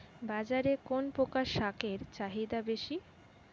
বাজারে কোন প্রকার শাকের চাহিদা বেশী?